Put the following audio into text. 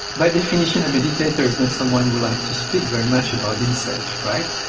by definition a meditator is not someone who likes to speak very much about himself, right?